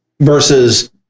versus